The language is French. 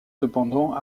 cependant